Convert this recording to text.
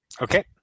Okay